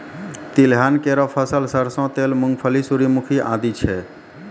तिलहन केरो फसल सरसों तेल, मूंगफली, सूर्यमुखी आदि छै